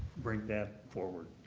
bring that forward.